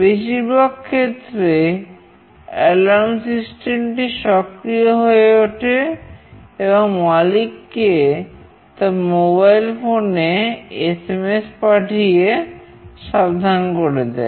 বেশিরভাগ ক্ষেত্রে alarm system পাঠিয়ে সাবধান করে দেয়